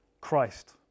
Christ